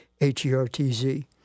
H-E-R-T-Z